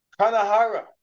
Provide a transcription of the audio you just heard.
Kanahara